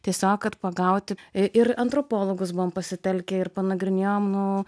tiesiog kad pagauti ir antropologus buvom pasitelkę ir panagrinėjom nu